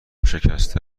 شکسته